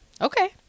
Okay